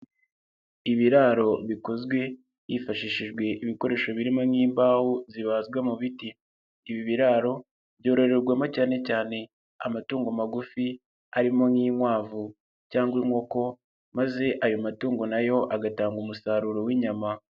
Ibiraro bikozwe hifashishijwe ibikoresho birimo imbahu zibazwa mu biti, ibi biraro byororerwamo cyane cyane amatungo magufi arimo nk'inkwavu cyangwa inkoko maze ayo matungo na yo agatanga umusaruro w'inyama.